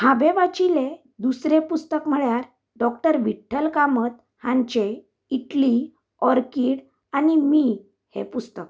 हांवें वाचिल्लें दुसरें पुस्तक म्हळ्यार डॉक्टर विठ्ठल कामत हांचें इटली ऑरकीड आनी मी हें पुस्तक